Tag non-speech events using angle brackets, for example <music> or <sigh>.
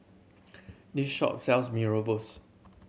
this shop sells mee <unintelligible>